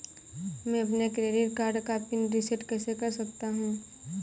मैं अपने credit card का पिन रिसेट कैसे कर सकता हूँ?